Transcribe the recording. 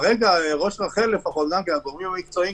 כרגע ראש רח"ל והגורמים המקצועיים,